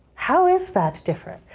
how is that different?